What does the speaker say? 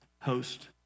host